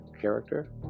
character